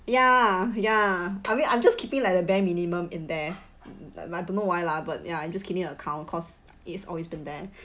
ya ya I mean I'm just keeping like the bare minimum in there I don't know why lah but ya I'm just keeping the account cause it's always been there